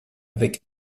avec